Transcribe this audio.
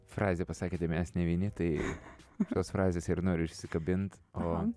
frazę pasakėte mes ne vieni tai už tos frazės ir noriu užsikabint o